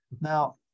Now